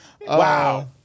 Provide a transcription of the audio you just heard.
Wow